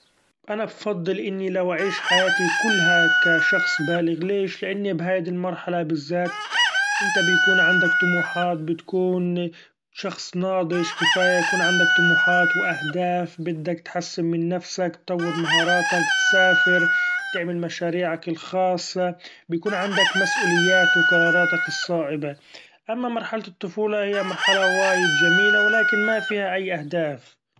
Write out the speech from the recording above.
أنا بفضل إني لو أعيش حياتي كلها كشخص بالغ ليش؟ لإني بهذي المرحلة بالذات إنت بيكون عندك طموحات بتكون شخص ناضچ كفأية يكون عندك طموحات واهداف، بدك تحسن من نفسك تطور مهاراتك تسافر تعمل مشاريعك الخاصة بيكون عندك مسئوليات وقراراتك الصائبة ، أما مرحلة الطفولة هي مرحلة وايد چميلة ولكن ما فيها أي أهداف.